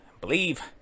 believe